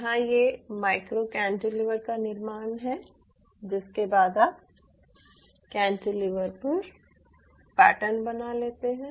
यहां ये micro cantilever का निर्माण है जिसके बाद आप कैंटिलीवर पर पैटर्न बना लेते हैं